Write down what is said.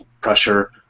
pressure